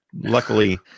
Luckily